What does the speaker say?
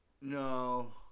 No